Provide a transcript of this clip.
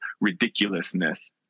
ridiculousness